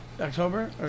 October